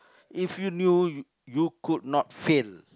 if you knew you could not fail